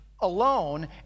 alone